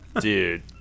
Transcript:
dude